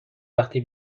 وقتی